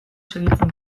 segitzen